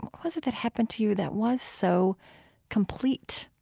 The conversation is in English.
was it that happened to you that was so complete?